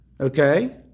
okay